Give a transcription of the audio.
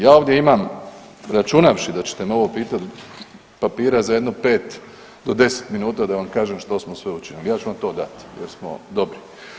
Ja ovdje imam, računavši da ćete me ovo pitat papire za jedno 5 do 10 minuta da vam kažem što smo sve učinili, ja ću vam to dat jer smo dobri.